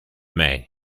may